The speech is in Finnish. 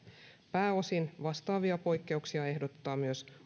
pääosin vastaavia poikkeuksia ehdotetaan myös